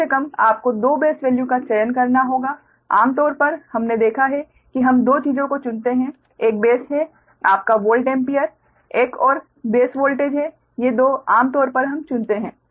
कम से कम आपको दो बेस वैल्यू का चयन करना होगा आम तौर पर हमने देखा है कि हम दो चीजों को चुनते हैं एक बेस है आपका वोल्ट एम्पीयर एक और बेस वोल्टेज है ये दो आम तौर पर हम चुनते हैं